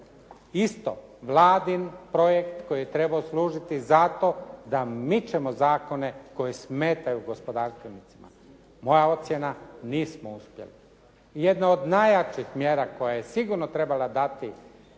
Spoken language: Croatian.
Isto Vladin projekt koji je trebao služiti zato da mičemo zakone koji smetaju gospodarstvenicima. Moja ocjena, nismo uspjeli. Jedna od najjačih mjera koja je sigurno trebala dati